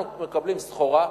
אנחנו מקבלים סחורה,